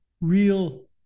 real